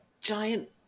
giant